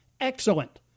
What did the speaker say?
excellent